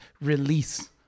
release